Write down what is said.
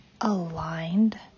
aligned